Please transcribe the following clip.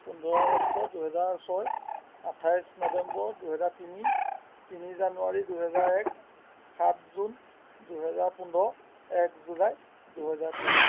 পোন্ধৰ আগষ্ট দুহেজাৰ ছয় আঠাইছ নৱেম্বৰ দুহেজাৰ তিনি তিনি জানুৱাৰী দুহেজাৰ এক সাত জুন দুহেজাৰ পোন্ধৰ এক জুলাই দুহেজাৰ তেইছ